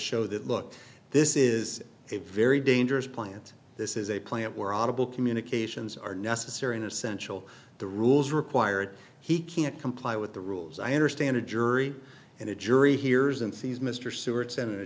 show that look this is a very dangerous plant this is a plant where audible communications are necessary and essential the rules required he can't comply with the rules i understand a jury and a jury hears and sees mr seward sen